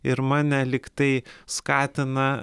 ir mane lyg tai skatina